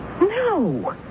No